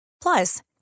Plus